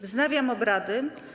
Wznawiam obrady.